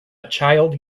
child